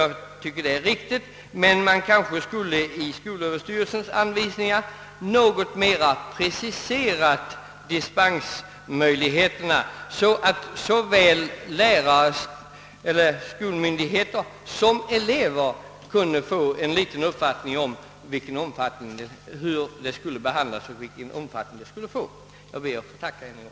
Det kan vara riktigt att förfara på detta sätt, men måhända skulle dispensmöjligheterna närmare preciseras i skolöverstyrelsens anvisningar, så att både skolmyndigheter och elever kunde få en uppfattning om hur frågan om dispens skall behandlas. Jag ber att än en gång få tacka för svaret.